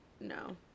no